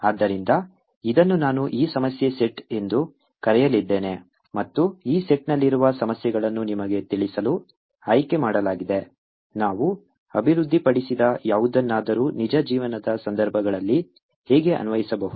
ಆದ್ದರಿಂದ ಇದನ್ನು ನಾನು ಈ ಸಮಸ್ಯೆ ಸೆಟ್ ಎಂದು ಕರೆಯಲಿದ್ದೇನೆ ಮತ್ತು ಈ ಸೆಟ್ನಲ್ಲಿರುವ ಸಮಸ್ಯೆಗಳನ್ನು ನಿಮಗೆ ತಿಳಿಸಲು ಆಯ್ಕೆ ಮಾಡಲಾಗಿದೆ ನಾವು ಅಭಿವೃದ್ಧಿಪಡಿಸಿದ ಯಾವುದನ್ನಾದರೂ ನಿಜ ಜೀವನದ ಸಂದರ್ಭಗಳಲ್ಲಿ ಹೇಗೆ ಅನ್ವಯಿಸಬಹುದು